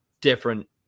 different